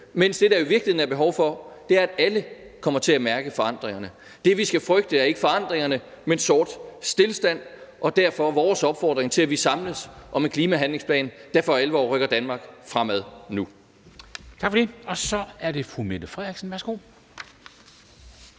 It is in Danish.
Mens det, der i virkeligheden er behov for, er, at alle kommer til at mærke forandringerne. Det, vi skal frygte, er ikke forandringerne, men sort stilstand, og derfor er vores opfordring, at vi samles om en klimahandlingsplan, der for alvor rykker Danmark fremad nu.